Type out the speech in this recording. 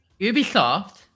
Ubisoft